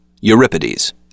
Euripides